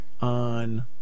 on